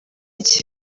iki